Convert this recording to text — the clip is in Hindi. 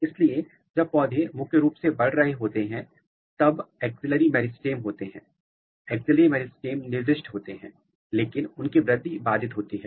इसलिए जब पौधे मुख्य रूप से बढ़ रहे होते हैं तब एक्सिलरी मेरिस्टेम होते हैं एक्सिलरी मेरिस्टेम निर्दिष्ट होते हैं लेकिन उनकी वृद्धि बाधित होती है